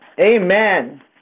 Amen